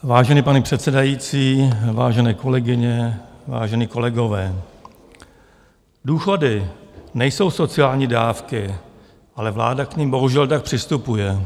Vážený pane předsedající, vážené kolegyně, vážení kolegové, důchody nejsou sociální dávky, ale vláda k nim bohužel tak přistupuje.